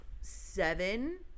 seven